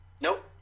Nope